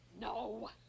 No